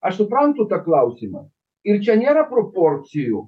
aš suprantu tą klausimą ir čia nėra proporcijų